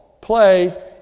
play